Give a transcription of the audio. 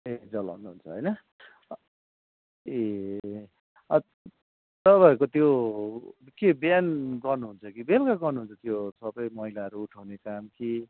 ए जलाउनुहुन्छ होइन ए तपाईँहरूको त्यो के बिहान गर्नुहुन्छ कि बेलुका गर्नुहुन्छ त्यो सबै मैलाहरू उठाउने काम के